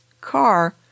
car